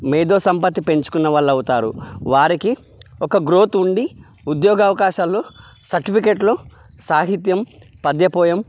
మేధోసంపత్తి పెంచుకున్న వాళ్ళు అవుతారు వారికి ఒక గ్రోత్ ఉండి ఉద్యోగావకాశాలు సర్టిఫికెట్లు సాహిత్యం పద్య పోయం